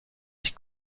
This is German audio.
ich